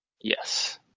Yes